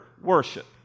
worship